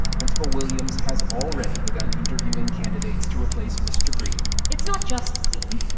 principal williams has already begun interviewing candidates to replace mr. greene it's not just greene.